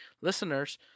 listeners